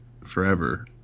forever